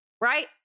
right